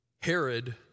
Herod